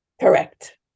Correct